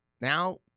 Now